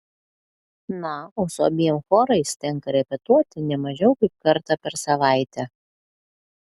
na o su abiem chorais tenka repetuoti ne mažiau kaip kartą per savaitę